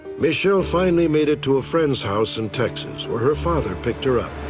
michele finally made it to a friend's house in texas, where her father picked her up.